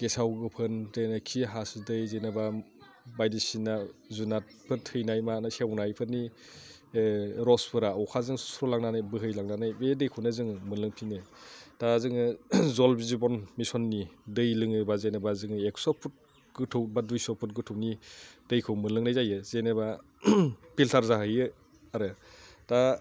गेसाव गोफोन खि हासुदै जेनेबा बायदिसिना जुनारफोर थैनाय बा सेवनायफोरनि रसफोरा अखाजों सुस्र'लांनानै बोहैनानै बे दैखौनो जोङो मोनलोंफिनो दा जोङो जल जिब'न मिसननि दै लोङोबा जेन'बा जों एगस' फुट गोथौ बा दुइस' फुट गोथौनि दैखौ मोनलोंनाय जायो जेनेबा फिल्टार जाहैयो आरो दा